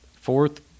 Fourth